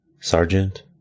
Sergeant